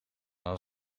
dan